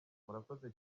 murakoze